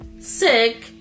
sick